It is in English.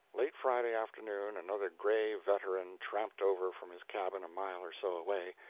late friday afternoon another gray veteran tramped over from his cabin a mile or so away,